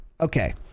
Okay